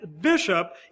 bishop